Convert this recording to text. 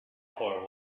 poor